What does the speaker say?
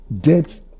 debt